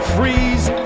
Freeze